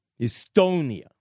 Estonia